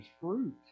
fruit